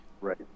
Right